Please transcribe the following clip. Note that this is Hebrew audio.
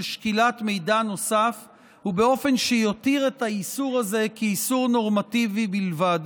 שקילת מידע נוסף באופן שיותיר את האיסור הזה כאיסור נורמטיבי בלבד.